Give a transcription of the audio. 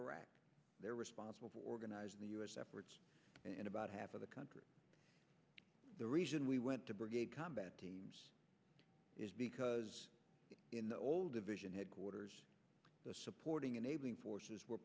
iraq they're responsible for organizing the u s efforts and about half of the country the reason we went to brigade combat teams is because in the old division headquarters the supporting enabling forces were